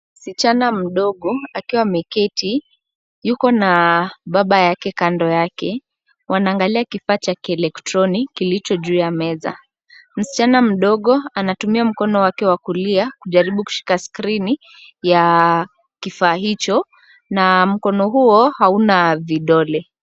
Msichana mdogo, akiwa ameketi, yuko na baba yake kando yake. Wanaaangalia kifaa cha kieletroniki kilicho juu ya meza. Msichana mdogo anatumia mkono wake wa kulia kujaribu kushika skirini ya kifaa hicho, na mkono huo hauna vidole.